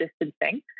Distancing